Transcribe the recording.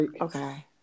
Okay